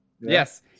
Yes